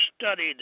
studied